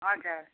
हजुर